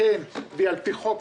והיא על-פי חוק.